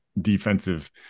defensive